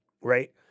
right